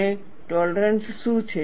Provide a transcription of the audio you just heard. અને ટોલરન્સ શું છે